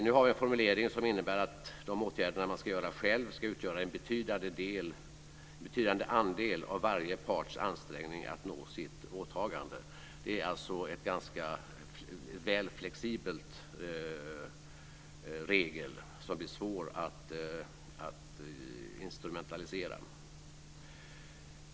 Vi har nu en formulering som innebär att de åtgärder man ska vidta själv ska utgöra en betydande andel av varje parts ansträngning att nå sitt åtagande. Det är alltså en ganska flexibel regel som blir svår att instrumentalisera.